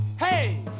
Hey